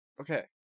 Okay